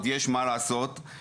זה חלק מהעבודה של כולם,